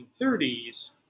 1930s